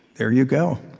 there you go.